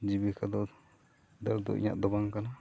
ᱡᱤᱵᱤᱠᱟ ᱫᱚ ᱫᱟᱹᱲ ᱫᱚ ᱤᱧᱟᱹᱜ ᱫᱚ ᱵᱟᱝ ᱠᱟᱱᱟ